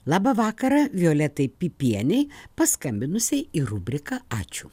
laba vakarą violetai pipienei paskambinusiai ir rubriką ačiū